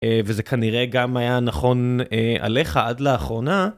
וזה כנראה גם היה נכון עליך עד לאחרונה.